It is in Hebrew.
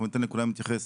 אנחנו ניתן לכולם להתייחס.